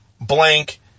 blank